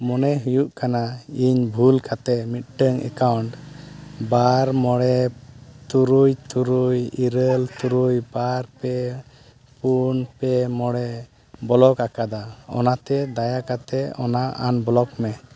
ᱢᱚᱱᱮ ᱦᱩᱭᱩᱜ ᱠᱟᱱᱟ ᱤᱧ ᱵᱷᱩᱞᱠᱟᱛᱮ ᱢᱤᱫᱴᱟᱹᱝ ᱮᱠᱟᱣᱩᱱᱴ ᱵᱟᱨ ᱢᱚᱬᱮ ᱛᱩᱨᱩᱭ ᱛᱩᱨᱩᱭ ᱤᱨᱟᱹᱞ ᱛᱩᱨᱩᱭ ᱵᱟᱨ ᱯᱮ ᱯᱩᱱ ᱯᱮ ᱢᱚᱬᱮ ᱵᱚᱞᱚᱠ ᱟᱠᱟᱫᱟ ᱚᱱᱟᱛᱮ ᱫᱟᱭᱟ ᱠᱟᱛᱮ ᱚᱱᱟ ᱟᱱᱵᱞᱚᱠ ᱢᱮ